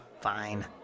fine